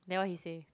then what he say